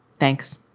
thanks,